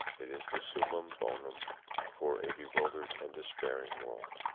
it is the summum bonum for a bewildered and despairing world.